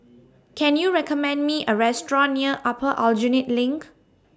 Can YOU recommend Me A Restaurant near Upper Aljunied LINK